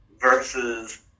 versus